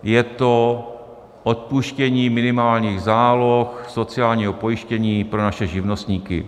Je to odpuštění minimálních záloh sociálního pojištění pro naše živnostníky.